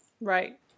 Right